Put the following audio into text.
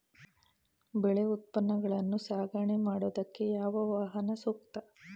ಬೆಳೆ ಉತ್ಪನ್ನಗಳನ್ನು ಸಾಗಣೆ ಮಾಡೋದಕ್ಕೆ ಯಾವ ವಾಹನ ಸೂಕ್ತ?